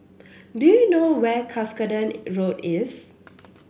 do you know where Cuscaden Road is